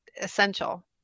essential